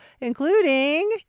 including